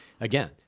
again